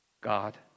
God